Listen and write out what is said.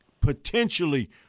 potentially